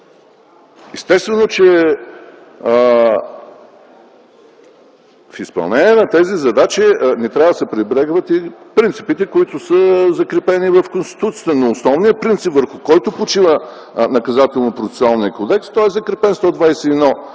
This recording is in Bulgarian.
Естествено е, че в изпълнение на тези задачи не трябва да се пренебрегват и принципите, закрепени в Конституцията. Но основният принцип, върху който почива Наказателнопроцесуалният кодекс, е закрепен в